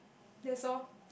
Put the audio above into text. that's all